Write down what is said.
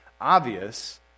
obvious